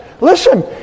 Listen